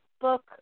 book